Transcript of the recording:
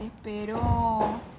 Espero